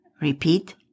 Repeat